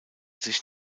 sich